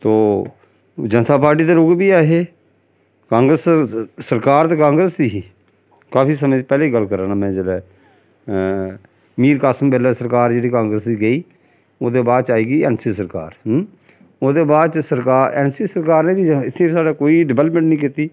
तो जनता पार्टी दे लोग बी है हे कांग्रेस सरकार ते कांग्रेस दी ही काफी समें पैह्लें दी गल्ल करा नां में जेल्लै मीर कासिम बेल्लै सरकार जेह्ड़ी कांग्रेस दी गेई ओह्दे बाद च आई गेई ऐन्न सी सरकार ओह्दे बाद च सरकार ऐन्न सी सरकार ने बी इत्थै साढ़े कोई डवैलमैंट निं कीती